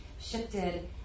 shifted